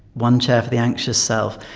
one chair for the anxious self.